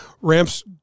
ramps